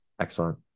Excellent